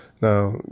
Now